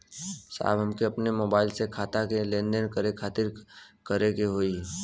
साहब हमके अपने मोबाइल से खाता के लेनदेन करे खातिर का करे के होई?